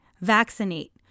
vaccinate